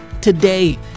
today